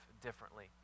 differently